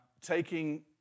taking